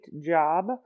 job